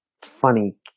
funny